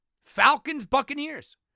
Falcons-Buccaneers